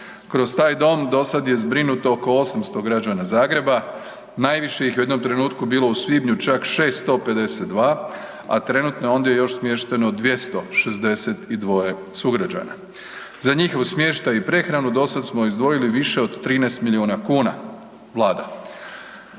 Kroz taj dom do sad je zbrinuto oko 800 građana Zagreba. Najviše ih je u jednom trenutku bilo u svibnju čak 652, a trenutno je ondje još smješteno 262 sugrađana. Za njihov smještaj i prehranu dosad smo izdvojili više od 13 milijuna kuna, vlada.